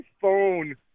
phone